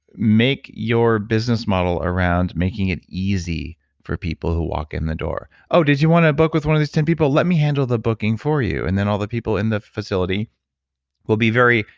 make your business model around making it easy for people who walk in the door. oh, did you want a book with one of these ten people? let me handle the booking for you. and then all the people in the facility will be very.